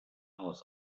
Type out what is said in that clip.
aus